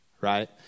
Right